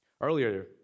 Earlier